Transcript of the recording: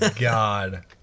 God